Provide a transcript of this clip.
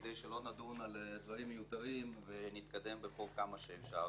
כדי שלא נדון על דברים מיותרים וכדי שנתקדם בחוק כמה שאפשר.